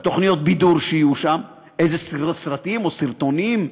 בתוכניות הבידור שיהיו שם, איזה סרטים או סרטונים?